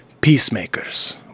peacemakers